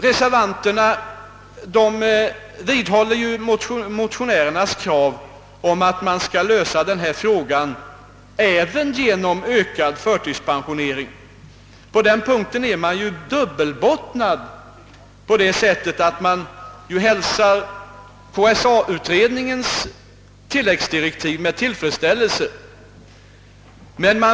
Reservanterna vidhåller motionärernas krav på att den här frågan skall lösas även genom förtidspensionering i ökad utsträckning. På den punkten är reservanterna dubbelbottnade så till vida att de hälsar KSA-utredningens tilläggsdirektiv med = tillfredsställelse men.